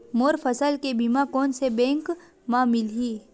मोर फसल के बीमा कोन से बैंक म मिलही?